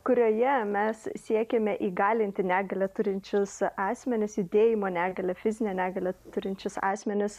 kurioje mes siekiame įgalinti negalią turinčius asmenis judėjimo negalią fizinę negalią turinčius asmenis